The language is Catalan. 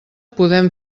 podem